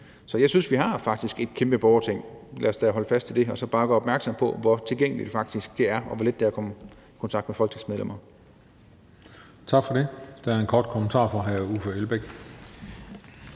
Så jeg synes, at vi faktisk har et kæmpe borgerting. Lad os da holde fast i det og så bare gøre opmærksom på, hvor tilgængelige vi faktisk er, og hvor let det er at komme i kontakt med folketingsmedlemmer. Kl. 17:45 Den fg. formand (Christian Juhl):